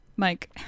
Mike